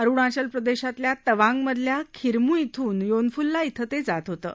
अरुणाचल प्रदेशातल्या तवांगमधल्या खिरमु ध्रून योनफुल्ला ध्रूं ते जात होतं